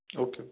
okay okay